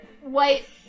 white